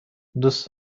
دوست